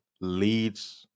leads